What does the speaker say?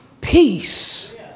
peace